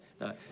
no